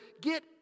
Get